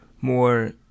more